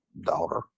daughter